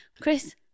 Chris